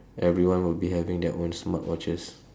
everyone will be having their own smartwatches